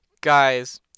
Guys